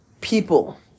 people